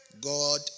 God